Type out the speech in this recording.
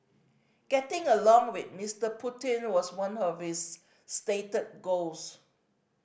getting along with Mister Putin was one of his stated goals